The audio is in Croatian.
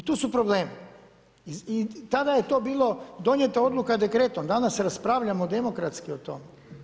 I tu su problemi i tada je to bilo donijeta odluka dekretom, danas raspravljamo demokratski o tome.